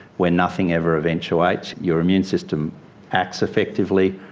where nothing ever eventuates your immune system acts effectively,